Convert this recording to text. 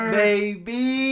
baby